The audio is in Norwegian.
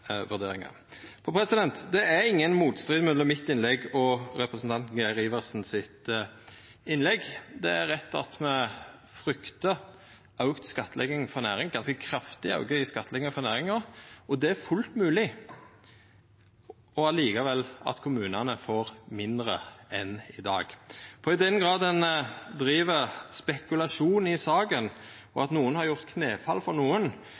vurderingar. Det er ingen motstrid mellom mitt innlegg og representanten Geir Iversen sitt innlegg. Det er rett at me fryktar auka skattlegging for næringa – ganske kraftig auke i skattlegginga for næringa. Det er fullt mogleg at kommunane likevel får mindre enn i dag. For i den grad ein driv spekulasjon i saka og at nokon har gjort knefall for nokon,